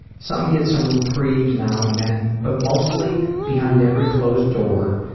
some get some reprieves now and then but mostly, behind every closed door,